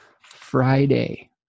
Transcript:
Friday